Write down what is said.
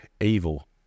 evil